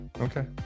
Okay